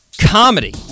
comedy